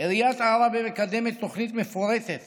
עיריית עראבה מקדמת תוכנית מפורטת